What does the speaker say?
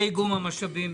מה לגבי איגום המשאבים?